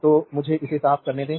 तो मुझे इसे साफ करने दें